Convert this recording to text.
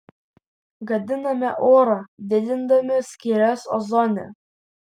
gadiname orą didindami skyles ozone